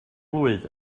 blwydd